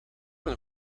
een